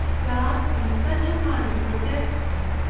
god in such a manner protected us.